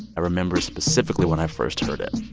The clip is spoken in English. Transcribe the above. i remember specifically when i first heard it.